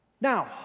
now